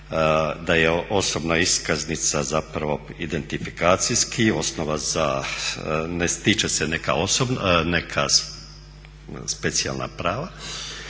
da je osobna iskaznica zapravo identifikacijski, osnova za, ne stiče se neka specijalna prava